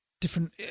Different